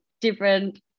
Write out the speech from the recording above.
different